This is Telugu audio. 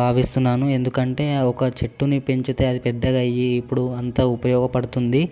భావిస్తున్నాను ఎందుకంటే ఒక చెట్టుని పెంచితే అది పెద్దగా అయ్యి ఇప్పుడు అంతా ఉపయోగపడుతుంది